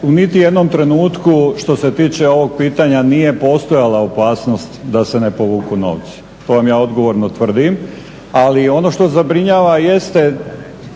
u niti jednom trenutku što se tiče ovog pitanja nije postojala opasnost da se ne povuku novci, to vam ja odgovorno tvrdim. Ali ono što zabrinjava jeste